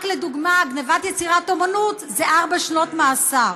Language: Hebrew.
רק לדוגמה, גנבת יצירת אומנות זה ארבע שנות מאסר,